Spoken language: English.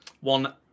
one